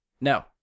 No